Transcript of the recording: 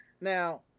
Now